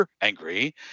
angry